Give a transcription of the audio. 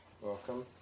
Welcome